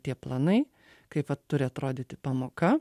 tie planai kaip va turi atrodyti pamoka